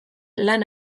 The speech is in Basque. lan